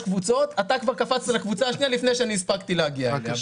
קבוצות ואתה כבר קפצת לקבוצה השנייה לפני שאני הספקתי להגיע אליה.